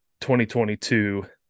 2022